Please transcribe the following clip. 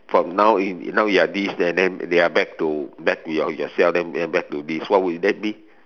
from now now now you are this and then you are back to back to yourself and then back to this what would that be